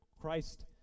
Christ